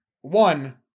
one